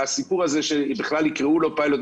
הסיפור הזה שבכלל יקראו לו פיילוט,